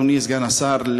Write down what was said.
אדוני סגן השר,